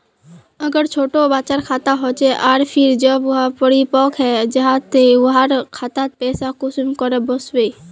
अगर छोटो बच्चार खाता होचे आर फिर जब वहाँ परिपक है जहा ते वहार खातात पैसा कुंसम करे वस्बे?